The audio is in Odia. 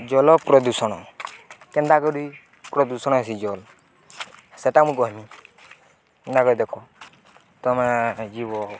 ଜଲ ପ୍ରଦୂଷଣ କେନ୍ତା କରିଦ ପ୍ରଦୂଷଣ ହେସି ଜଲ୍ ସେଟା ମୁଁ କହେମି କେନ୍ତା କରି ଦେଖ ତମେ ଯିବ